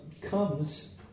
comes